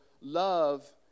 love